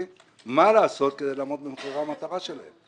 מה לעשות כדי לעמוד במחירי המטרה שלהם.